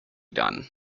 done